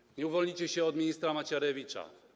I uwolnijcie się od ministra Macierewicza.